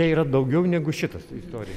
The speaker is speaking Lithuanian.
tai yra daugiau negu šitas istorija